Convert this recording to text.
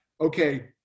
Okay